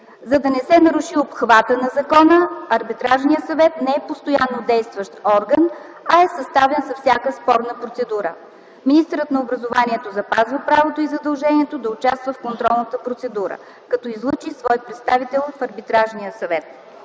За да не се наруши обхватът на закона, Арбитражният съвет не е постоянно действащ орган, а е съставен за всяка спорна процедура. Министърът на образованието запазва правото и задължението да участва в контролната процедура, като излъчи свой представител в Арбитражния съвет.